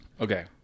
Okay